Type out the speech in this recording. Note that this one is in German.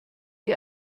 ihr